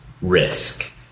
risk